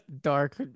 dark